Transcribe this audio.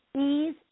ease